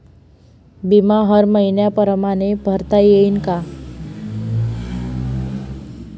बिमा हर मइन्या परमाने भरता येऊन का?